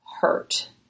hurt